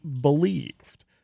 believed